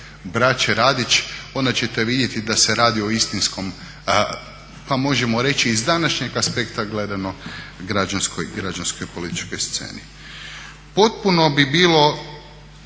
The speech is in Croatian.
braće Radić, onda ćete vidjeti da se radi o istinskom, pa možemo reći i iz današnjeg aspekta gledano građanskoj političkoj sceni. Potpuno bi bilo